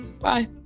Bye